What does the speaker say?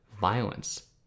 violence